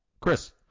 Chris